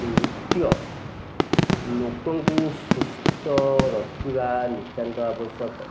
ନୃତ୍ୟ ଲୋକଙ୍କୁ ସୁସ୍ଥ ରଖିବା ନିତ୍ୟାନ୍ତ ଆବଶ୍ୟକ